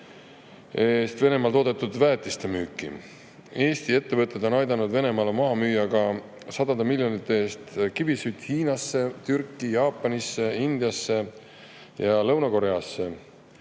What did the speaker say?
eest Venemaal toodetud väetiste müüki. Eesti ettevõtted on aidanud Venemaal maha müüa ka sadade miljonite eest kivisütt Hiinasse, Türki, Jaapanisse, Indiasse ja Lõuna‑Koreasse.